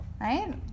Right